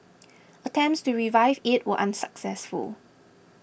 attempts to revive it were unsuccessful